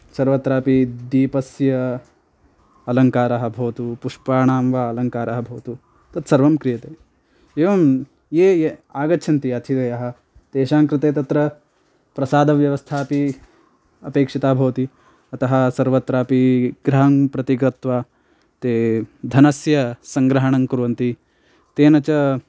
सर्वत्रापि दीपस्य अलङ्कारः भवतु पुष्पाणां वा अलङ्कारः भवतु तत् सर्वं क्रियते एवं ये ये आगच्छन्ति अतिथयः तेषां कृते तत्र प्रसादव्यवस्थापि अपेक्षिता भवति अतः सर्वत्रापि गृहं प्रति गत्वा ते धनस्य सङ्ग्रहणं कुर्वन्ति तेन च